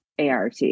ART